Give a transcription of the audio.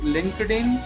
LinkedIn